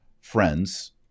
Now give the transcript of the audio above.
friends